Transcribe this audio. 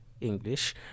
English